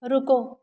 ਰੁਕੋ